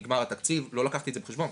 נגמר התקציב, לא לקחתי את זה בחשבון.